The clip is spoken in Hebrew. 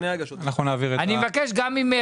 אני מבקש גם ממך,